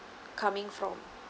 coming from